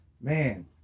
man